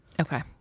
Okay